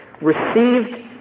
received